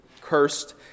cursed